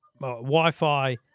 Wi-Fi